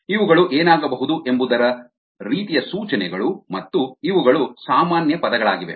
ಇವುಗಳು ಏನಾಗಬಹುದು ಎಂಬುದರ ರೀತಿಯ ಸೂಚನೆಗಳು ಮತ್ತು ಇವುಗಳು ಸಾಮಾನ್ಯ ಪದಗಳಾಗಿವೆ